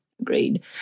Agreed